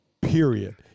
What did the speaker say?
Period